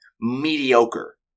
mediocre